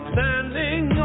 Standing